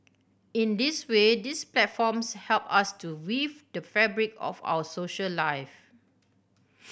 in this way these platforms help us to weave the fabric of our social lives